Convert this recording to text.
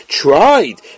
tried